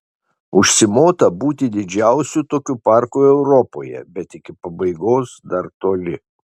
užsimota būti didžiausiu tokiu parku europoje bet iki pabaigos dar toli